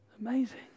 Amazing